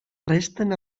resten